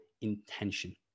intention